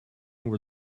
where